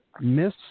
miss